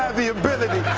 have the ability.